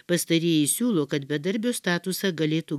pastarieji siūlo kad bedarbio statusą galėtų